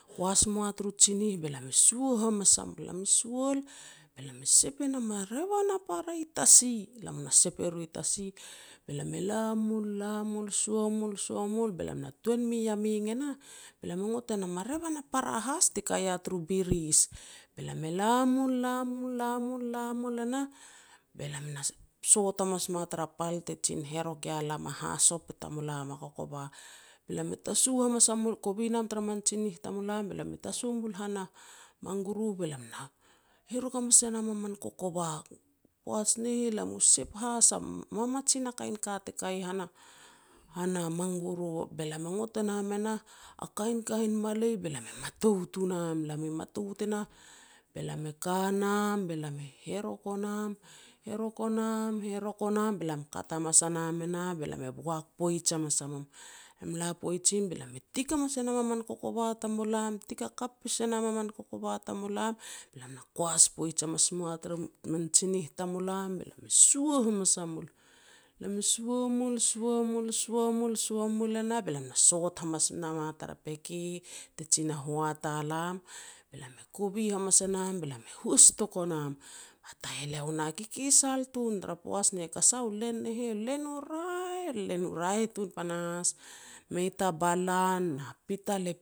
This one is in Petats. Koas moa tar tsinih be lam e sua hamas a mul. Lam i sual be lam e sep e nam a revan a para i tasi, lam na sep eru i tasi, be lam e la mul la mul, sua mul, sua mul, sua mul, be lam na tuan mui Yameng e nah, be lam e ngot e nam a revan a para has ti ka ia taru biris. Be lam e la mul, la mul, la mul, la mul e nah, be lam na sot hamas moa tara pal ti jin herok ia lam a hasop i tamulam a kokoba. Be lam e tasu a mas a mul, kovi nam tara min tsinih i tamulam be lam tasu mul han a manguru, be lam na herok hamas e nam a man kokova. Poaj ne heh lam mu sep has a mamajin a kain ka te ka ia hana-hana manguru. Be lam e ngot nam e nah a kain kain malei, be lam e matout u nam, lam i matout e nah, be lam e ka nam, be lam e herok o nam, herok o a nam, herok o nam, be lam kat hamas a nam e nah, be lam e boak poij hamas a mum. Lam i la poij im be lam e tik hamas e nam a man kokova tamulam, tik hakap pis e nam a min kokova tamulam be lam na koas poij hamas moa tar man tsinih tamulam, be lam e sua hamas a mul. Be lam e sua mul, sua mul, sua mul, sua mul e nah be lam na sot hamas nam a tar peke te jin na hoat a lam. Be lam e kovi hamas a nam, be lam e haus toko nam. A taheleo nah, kikisal tun tara poaj ne heh. Tara sah u len ne hah, u len u raeh, len u raeh tun panahas mei ta balan na pital e